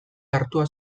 hartua